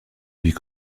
huit